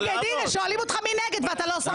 הנה, שואלים אותך מי נגד ואתה לא שם לב.